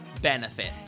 benefit